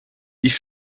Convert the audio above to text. ich